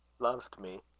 loved me?